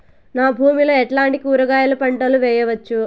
నా భూమి లో ఎట్లాంటి కూరగాయల పంటలు వేయవచ్చు?